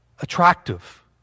attractive